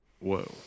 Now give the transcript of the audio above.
Whoa